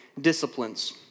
disciplines